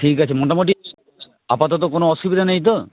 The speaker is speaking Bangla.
ঠিক আছে মোটামোটি আপাতত কোনো অসুবিধা নেই তো